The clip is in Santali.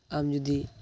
ᱟᱢ ᱡᱩᱫᱤ